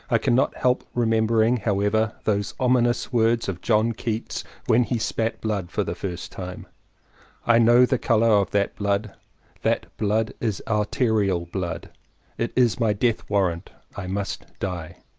i cannot help remembering, however, those ominous words of john keats when he spat blood for the first time i know the colour of that blood that blood is arterial blood it is my death warrant i must die!